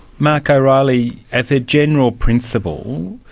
mark o'reilly, as a general principle,